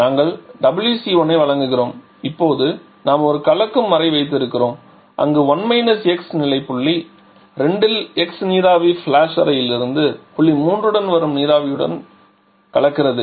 நாங்கள் WC1 ஐ வழங்குகிறோம் இப்போது நாம் ஒரு கலக்கும் அறை வைத்திருக்கிறோம் அங்கு நிலை புள்ளி 2 இல் x நீராவி ஃபிளாஷ் அறையிலிருந்து புள்ளி 3 உடன் வரும் நீராவியின் பகுதியுடன் கலக்கிறது